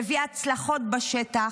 שהביא הצלחות בשטח,